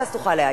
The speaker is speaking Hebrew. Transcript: ואז תוכל להעיר.